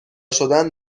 شدن